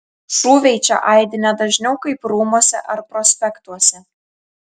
šūviai čia aidi ne dažniau kaip rūmuose ar prospektuose